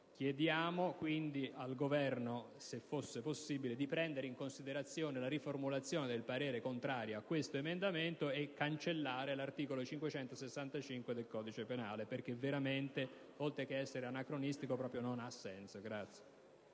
Chiediamo quindi al Governo - se fosse possibile - di prendere in considerazione la riformulazione del parere contrario a questo emendamento e cancellare l'articolo 565 del codice penale, perché esso veramente, oltre ad essere anacronistico, non ha senso.